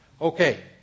Okay